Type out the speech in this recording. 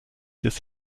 des